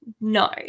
No